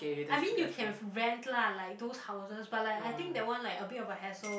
I mean you can rent lah like those houses but like I think that one like a bit of a hassle